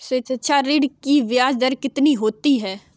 शिक्षा ऋण की ब्याज दर कितनी होती है?